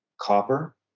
copper